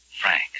Frank